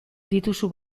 dituzu